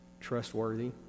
trustworthy